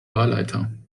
wahlleiter